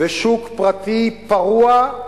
ושוק פרטי פרוע,